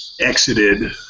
exited